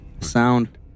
Sound